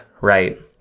right